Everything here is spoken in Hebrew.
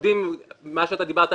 מה שאתה דיברת,